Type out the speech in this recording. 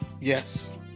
Yes